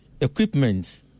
equipment